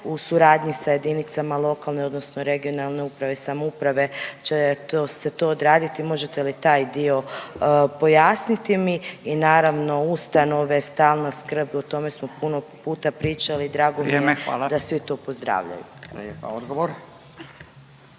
u suradnji sa jedinice lokalne i regionalne uprave i samouprave će to se to odraditi i možete li taj dio pojasniti mi i naravno, ustanove, stalna skrb, o tome smo puno puta pričali i drago mi je da … .../Upadica: